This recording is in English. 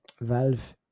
Valve